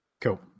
cool